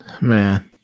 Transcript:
Man